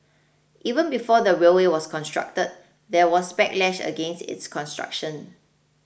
even before the railway was constructed there was backlash against its construction